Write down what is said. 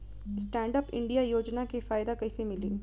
Stand up India योजना के फायदा कैसे मिली?